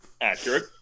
Accurate